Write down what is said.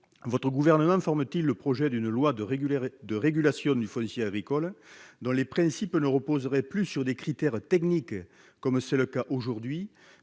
de présenter un projet de loi de régulation du foncier agricole, dont les principes ne reposeraient plus sur des critères techniques, comme c'est le cas aujourd'hui,